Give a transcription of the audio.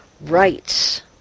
rights